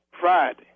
Friday